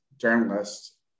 journalist